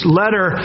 letter